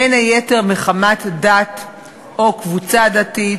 בין היתר מחמת דת או קבוצה דתית,